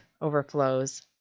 overflows